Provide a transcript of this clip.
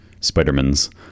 Spidermans